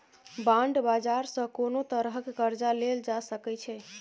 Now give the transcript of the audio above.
bond बाजार सँ कोनो तरहक कर्जा लेल जा सकै छै